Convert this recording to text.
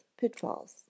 pitfalls